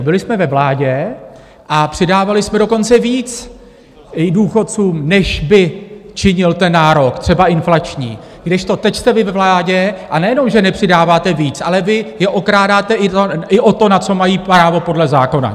Byli jsme ve vládě a přidávali jsme dokonce víc, i důchodcům, než by činil ten nárok třeba inflační, kdežto teď jste vy ve vládě, a nejenom že nepřidáváte víc, ale vy je okrádáte i o to, na co mají právo podle zákona!